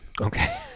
Okay